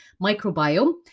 microbiome